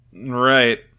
Right